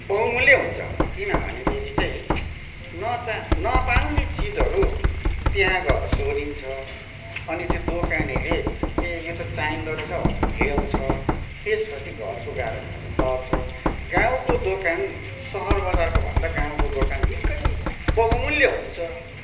बहुमूल्य हुन्छ किनभनेदेखि चाहिँ नचा नपाउने चिजहरू त्यहाँ गएर सोधिन्छ अनि त्यो दोकानले ए यो त चाहिँदो रहेछ भनेर ल्याउँछ त्यसपछि घरको गाह्रो खाँचो टर्छ गाउँको दोकान सहरबजारको भन्दा गाउँको दोकान निकै बहुमूल्य हुन्छ